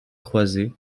croises